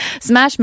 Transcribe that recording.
Smash